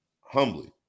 humbly